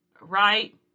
right